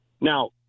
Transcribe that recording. Now